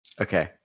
Okay